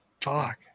fuck